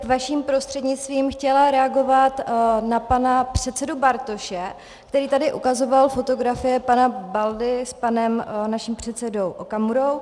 Vaším prostřednictvím bych chtěla reagovat na pana předsedu Bartoše, který tady ukazoval fotografie pana Baldy s panem naším předsedou Okamurou.